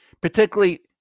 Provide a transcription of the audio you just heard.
particularly